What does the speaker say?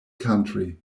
country